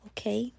Okay